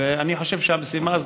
ואני חושב שהמשימה הזאת,